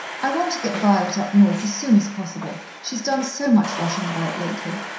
i want to get violet up north as soon as possible, she's done so much rushing about lately.